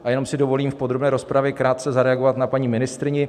A jenom si dovolím v podrobné rozpravě krátce zareagovat na paní ministryni.